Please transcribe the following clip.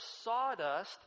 sawdust